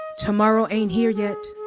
tomorrow ain't here yet.